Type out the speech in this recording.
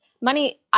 money